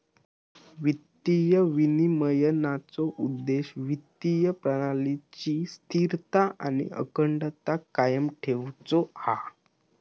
वित्तीय विनिमयनाचो उद्देश्य वित्तीय प्रणालीची स्थिरता आणि अखंडता कायम ठेउचो हा